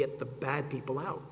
get the bad people out